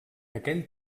aquell